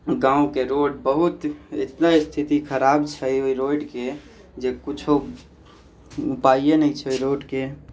गाँवके रोड बहुत इतना स्थिति खराब छै ओहि रोडके जे किछु उपाइए नहि छै ओहि रोडके